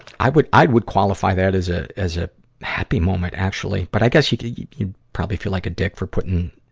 i would, i would qualify that as a, as a happy moment, actually. but i guess, you you probably feel like a dick for putting,